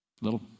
little